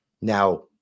Now